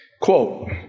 Quote